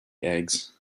eggs